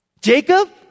Jacob